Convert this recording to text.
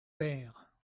père